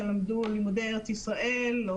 שלמדו לימודי ארץ ישראל,